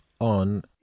on